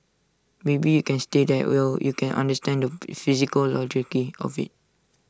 maybe you can stay that well you can understand the psychology of IT